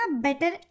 better